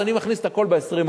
אז אני מכניס את הכול ב-20%.